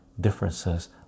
differences